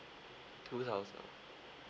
two thousand